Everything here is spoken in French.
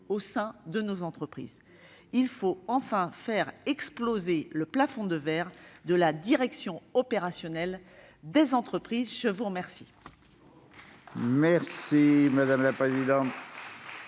au sein de nos entreprises. Il faut enfin faire exploser le plafond de verre de la direction opérationnelle des entreprises ! Bravo ! Avant de